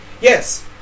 Yes